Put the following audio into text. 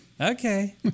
Okay